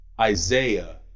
Isaiah